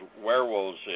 werewolves